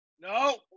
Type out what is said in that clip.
No